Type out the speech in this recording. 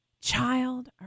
Child